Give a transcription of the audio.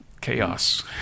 chaos